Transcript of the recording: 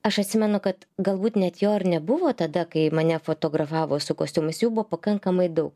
aš atsimenu kad galbūt net jo ir nebuvo tada kai mane fotografavo su kostiumais jų buvo pakankamai daug